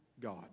God